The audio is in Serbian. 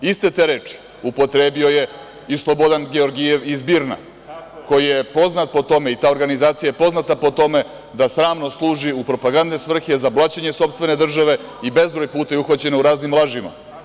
Iste te reči upotrebio je i Slobodan Georgijev iz BIRNA koji je poznat po tome i ta organizacija je poznata po tome da sramno služi u propagandne svrhe za blaćenje sopstvene države i bezbroj puta je uhvaćen u raznim lažima.